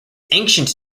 ancient